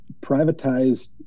privatized